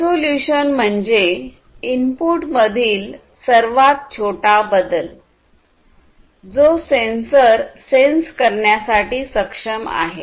resolution म्हणजे input मधील सर्वात छोटा बदल जो सेन्सर सेन्स करण्यासाठी सक्षम आहे